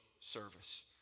service